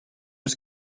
eus